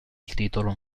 titolo